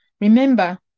Remember